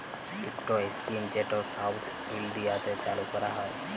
ইকট ইস্কিম যেট সাউথ ইলডিয়াতে চালু ক্যরা হ্যয়